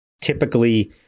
typically